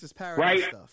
Right